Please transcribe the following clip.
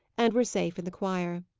and were safe in the choir.